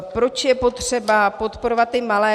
Proč je potřeba podporovat ty malé?